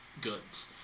goods